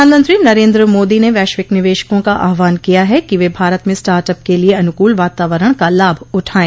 प्रधानमंत्री नरेन्द्र मोदी ने वैश्विक निवेशकों का आहवान किया है कि वे भारत में स्टार्ट अप के लिए अनुकूल वातावरण का लाभ उठायें